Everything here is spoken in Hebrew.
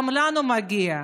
גם לנו מגיע.